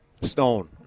Stone